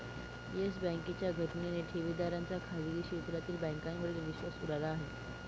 yes बँकेच्या घटनेने ठेवीदारांचा खाजगी क्षेत्रातील बँकांवरील विश्वास उडाला आहे